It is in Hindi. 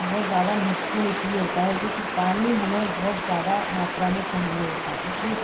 बहुत महत्वपूर्ण इसलिए होता है क्योंकि पानी हमें बहुत ज़्यादा मात्रा में चाहिए होता है इसलिए